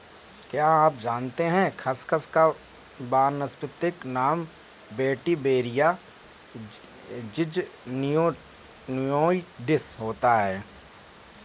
क्या आप जानते है खसखस का वानस्पतिक नाम वेटिवेरिया ज़िज़नियोइडिस होता है?